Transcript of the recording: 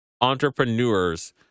entrepreneurs